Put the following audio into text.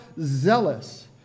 zealous